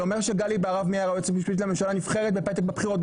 אתה אומר שגלי בהרב מיארה היועצת המשפטית לממשלה נבחרת בפתק בבחירות,